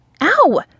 Ow